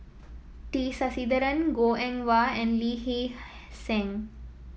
T Sasitharan Goh Eng Wah and Lee Hee Seng